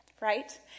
right